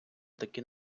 такий